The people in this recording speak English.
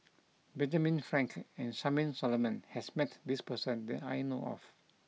Benjamin Frank and Charmaine Solomon has met this person that I know of